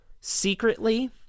secretly